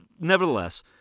Nevertheless